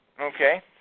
Okay